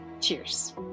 cheers